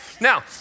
Now